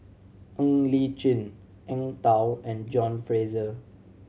Ng Li Chin Eng Tow and John Fraser